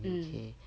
mm